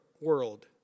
world